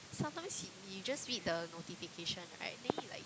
sometimes you you just read the notification right then you like